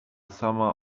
sama